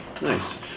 Nice